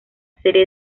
serie